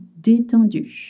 détendu